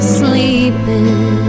sleeping